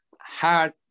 hard